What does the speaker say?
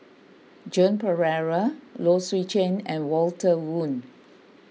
Joan Pereira Low Swee Chen and Walter Woon